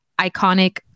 iconic